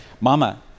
Mama